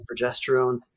progesterone